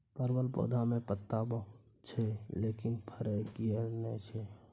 परवल पौधा में पत्ता बहुत छै लेकिन फरय किये नय छै?